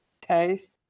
taste